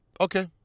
Okay